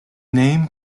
name